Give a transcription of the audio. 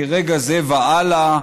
מרגע זה והלאה,